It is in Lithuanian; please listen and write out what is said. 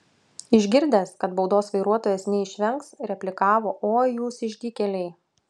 išgirdęs kad baudos vairuotojas neišvengs replikavo oi jūs išdykėliai